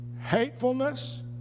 hatefulness